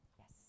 Yes